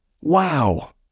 Wow